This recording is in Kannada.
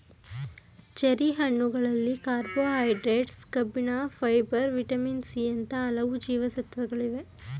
ಚೆರಿ ಹಣ್ಣುಗಳಲ್ಲಿ ಕಾರ್ಬೋಹೈಡ್ರೇಟ್ಸ್, ಕಬ್ಬಿಣ, ಫೈಬರ್, ವಿಟಮಿನ್ ಸಿ ಅಂತ ಹಲವು ಜೀವಸತ್ವಗಳಿವೆ